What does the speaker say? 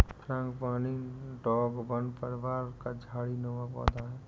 frangipani डोंगवन परिवार का झाड़ी नुमा पौधा है